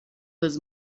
was